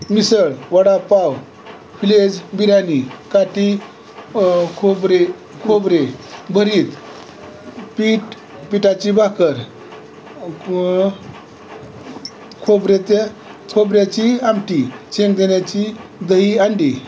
मिसळ वडापाव प्लेज बिर्यानी काटी खोबरे खोबरे भरीत पीठ पीठाची भाकर खोबऱ्याच्या खोबऱ्याची आमटी शेंगदाण्याची दही अंडी